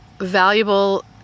valuable